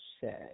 say